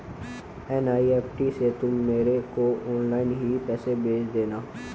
NEFT से तुम मेरे को ऑनलाइन ही पैसे भेज देना